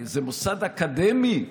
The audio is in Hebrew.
זה מוסד אקדמי,